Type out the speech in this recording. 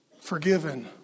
Forgiven